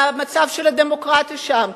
למצב של הדמוקרטיה שם,